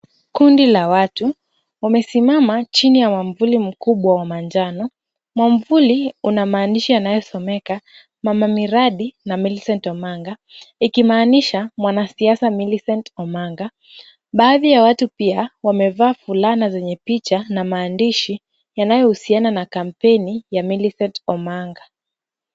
Kundi la watu wamesimama chini ya mwavuli mkubwa wa manjano. Mwavuli una maaandishi yanayosomeka mama miradi na Millicent Omanga ikimaanisha mwanasiasa Millicent Omanga. Baadhi ya watu pia wamevaa fulana zenye picha na maandishi yanayohusiana na kampeni ya Millicent Omanga.